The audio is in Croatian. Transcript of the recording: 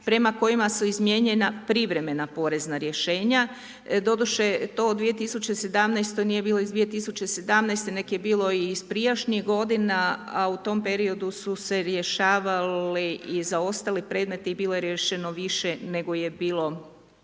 prema kojima su izmijenjena privremena porezna rješenja. Doduše, to u 2017. nije bilo iz 2017. nego je bilo i iz prijašnjih godina, a u tom periodu su se rješavali i zaostali predmeti i bilo je riješeno više nego je bilo